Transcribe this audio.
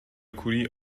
کوری